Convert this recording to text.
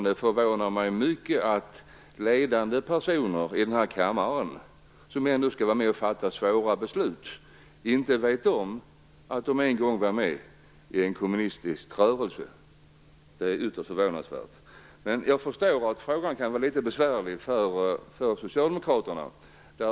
Det förvånar mig mycket att ledande personer i denna kammare, som nu skall vara med och fatta svåra beslut, inte vet om att de en gång var med i en kommunistisk rörelse. Det är ytterst förvånansvärt. Jag förstår att frågan kan vara litet besvärlig för socialdemokraterna.